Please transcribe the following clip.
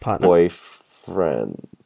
boyfriend